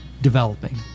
developing